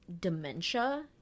dementia